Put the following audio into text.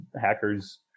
hackers